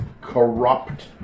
corrupt